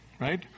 right